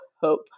Hope